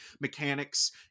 mechanics